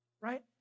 right